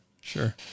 Sure